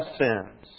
sins